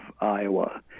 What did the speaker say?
Iowa